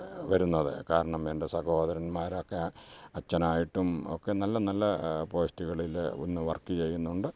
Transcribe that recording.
വരുന്നത് കാരണം എൻ്റെ സഹോദരന്മാരൊക്കെ അച്ഛനായിട്ടും ഒക്കെ നല്ല നല്ല പോസ്റ്റുകളിൽ ഒന്ന് വർക്ക് ചെയ്യുന്നുണ്ട്